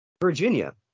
Virginia